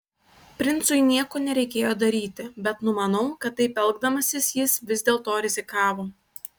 princui nieko nereikėjo daryti bet numanau kad taip elgdamasis jis vis dėlto rizikavo